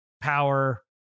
power